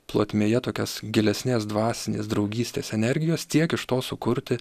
plotmėje tokias gilesnės dvasinės draugystės energijos tiek iš to sukurti